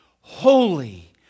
holy